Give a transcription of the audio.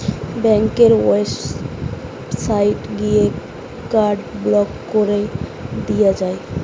ব্যাংকের ওয়েবসাইটে গিয়ে কার্ড ব্লক কোরে দিয়া যায়